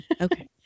Okay